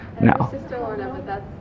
No